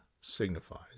signifies